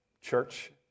church